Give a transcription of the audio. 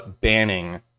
banning